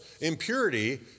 Impurity